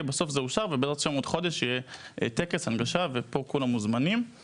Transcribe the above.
בסוף זה אושר ובעזרת ה׳ בקרוב יערך שם טקס הנגשה וכולכם מוזמנים.